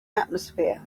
atmosphere